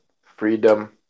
freedom